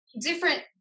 different